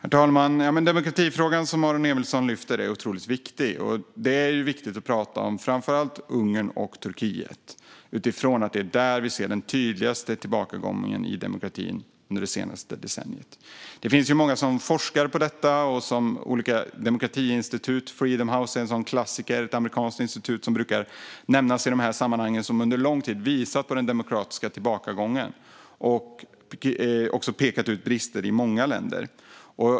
Herr talman! Demokratifrågan som Aron Emilsson lyfter fram är otroligt viktig. Det är viktigt att tala om framför allt Ungern och Turkiet utifrån att det är där vi ser den tydligaste tillbakagången i demokratin under det senaste decenniet. Det finns många som forskar på detta. Det finns olika demokratiinstitut. Freedom House är en klassiker. Det är ett amerikanskt institut som brukar nämnas i de här sammanhangen. Det har under en lång tid visat på den demokratiska tillbakagången och pekat ut brister i många länder.